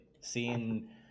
seeing